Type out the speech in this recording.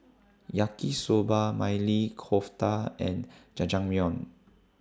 Yaki Soba Maili Kofta and Jajangmyeon